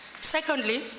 Secondly